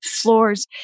floors